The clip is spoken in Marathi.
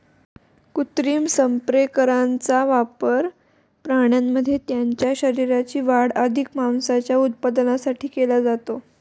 कृत्रिम संप्रेरकांचा वापर प्राण्यांमध्ये त्यांच्या शरीराची वाढ अधिक मांसाच्या उत्पादनासाठी केला जातो